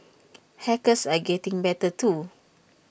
hackers are getting better too